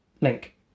link